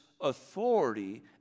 authority